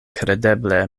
kredeble